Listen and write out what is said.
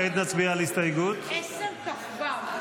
כעת נצביע על הסתייגות -- 10 כ"ו.